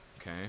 Okay